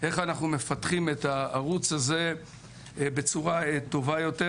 איך אנחנו מפתחים את הערוץ הזה בצורה טובה יותר,